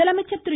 முதலமைச்சர் திரு